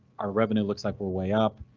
our revenue looks like we're way up.